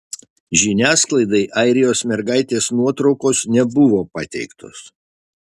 žiniasklaidai airijos mergaitės nuotraukos nebuvo pateiktos